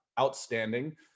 outstanding